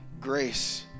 grace